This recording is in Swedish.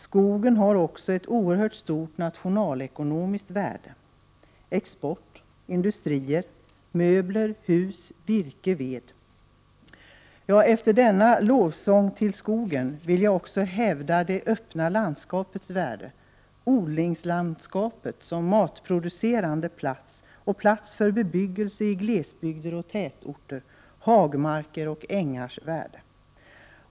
Skogen har också ett oerhört stort nationalekonomiskt värde. Tänk bara på export, industrier, möbler, hus, virke och ved. Efter denna lovsång till skogen vill jag också hävda det öppna landskapets värde, odlingslandskapet som matproducerande plats och plats för bebyggelse i glesbygder och tätorter, hagmarker och ängars värde.